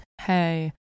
hey